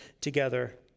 together